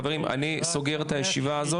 חברים, אני סוגר את הישיבה הזאת